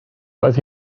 roedd